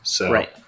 Right